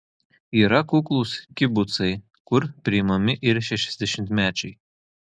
yra kuklūs kibucai kur priimami ir šešiasdešimtmečiai